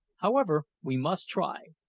however, we must try.